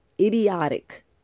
idiotic